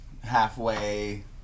halfway